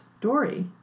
Dory